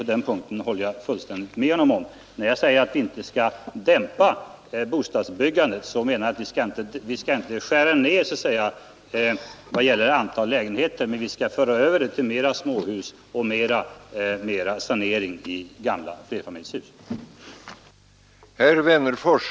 På den punkten håller jag fullständigt med inrikesministern.